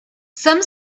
some